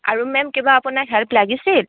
আৰু মেম কিবা আপোনাক হেল্প লাগিছিল